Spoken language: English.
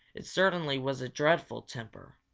it certainly was a dreadful temper!